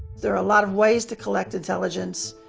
there are a lot of ways to collect intelligence.